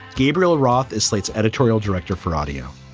gabriel roth is slate's editorial director for audio.